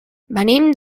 venim